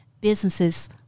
businesses